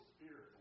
Spirit